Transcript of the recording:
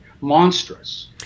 monstrous